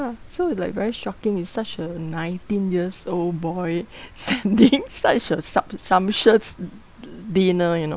so it's like very shocking he's such a nineteen years old boy sending such a sub~ scrumptious dinner you know